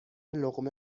لقمه